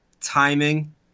timing